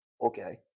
Okay